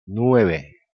nueve